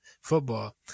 football